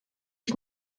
ich